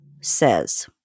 says